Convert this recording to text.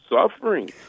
suffering